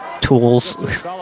tools